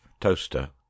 Toaster